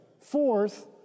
Fourth